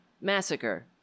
massacre